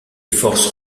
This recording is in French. forces